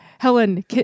Helen